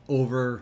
over